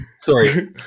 Sorry